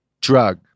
Drug